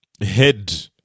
head